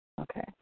Okay